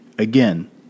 Again